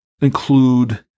include